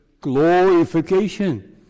glorification